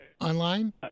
online